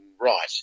right